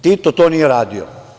Tito to nije radio.